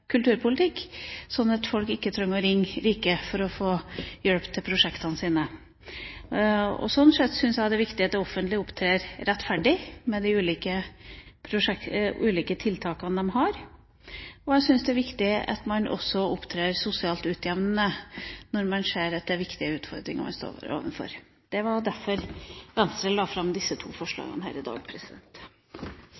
at folk ikke trenger å ringe de rike for å få hjelp til prosjektene sine. Slik sett synes jeg det er viktig at det offentlige opptrer rettferdig med de ulike tiltakene man har, og det er viktig at man også opptrer sosialt utjevnende når man ser at det er viktige utfordringer man står overfor. Derfor la Venstre fram de to